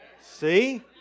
See